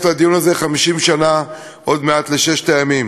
לדיון הזה כשאנחנו עוד מעט מציינים 50 שנה לששת הימים.